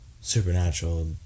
supernatural